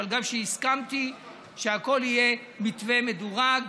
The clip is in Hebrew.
אבל גם בגלל שהסכמתי שהכול יהיה במתווה מדורג,